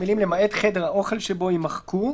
המילים "למעט חדר האוכל שבו" - יימחקו,